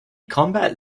combat